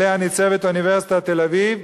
שעליה ניצבת אוניברסיטת תל-אביב,